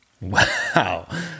wow